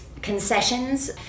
concessions